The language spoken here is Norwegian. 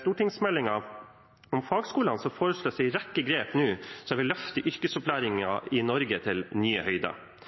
stortingsmeldingen om fagskolene foreslås det nå en rekke grep som vil løfte yrkesopplæringen i Norge til nye høyder.